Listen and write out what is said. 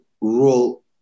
rule